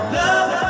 love